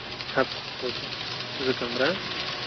ہفتس خٲطرٕ زٕ کَمرٕ ہا